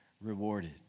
rewarded